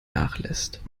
nachlässt